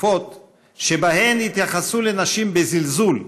תקופות שבהן התייחסו לנשים בזלזול,